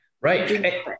Right